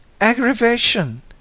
Aggravation